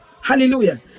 hallelujah